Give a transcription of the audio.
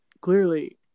clearly